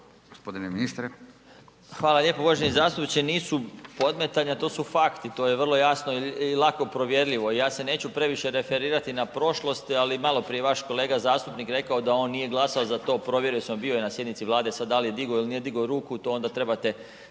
Hvala lijepa. Uvaženi zastupniče, nisu podmetanja, to su fakti, to je vrlo jasno i lako provjerljivo i ja se neću previše referirati na prošlosti ali malo prije je vaš kolega zastupnik rekao da on nije glasao za to, provjerio sam, bio je na sjednici Vlade, sad da li je digao ili nije digao ruku, to onda trebate